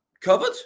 covered